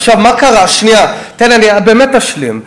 עכשיו, מה קרה, שנייה, תן, אני באמת אשלים.